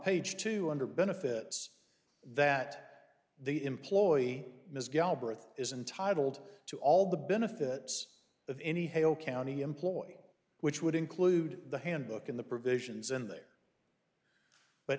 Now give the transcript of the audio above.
page two under benefits that the employee ms galbraith is intitled to all the benefits of any hale county employee which would include the handbook in the provisions in there but